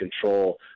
control